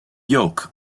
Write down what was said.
yoke